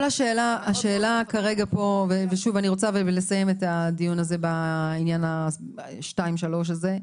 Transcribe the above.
אני רוצה לסיים את הדיון בעניין (2) ו-(3).